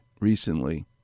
recently